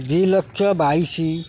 ଦୁଇଲକ୍ଷ ବାଇଶି